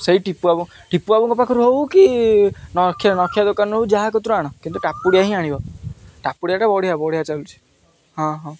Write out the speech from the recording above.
ସେଇ ଟିପୁ ବାବୁ ଟିପୁ ବାବୁଙ୍କ ପାଖରୁ ହେଉ କି ନଖିଆ ନଖିଆ ଦୋକାନ ହେଉ ଯାହା କତିରୁ ଆଣ କିନ୍ତୁ ଟାପୁଡ଼ିଆ ହିଁ ଆଣିବ ଟାପୁଡ଼ିଆଟା ବଢ଼ିଆ ବଢ଼ିଆ ଚାଲୁଛି ହଁ ହଁ